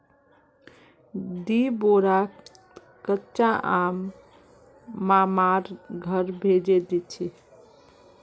दी बोरा कच्चा आम मामार घर भेजे दीछि